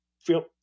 feel